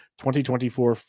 2024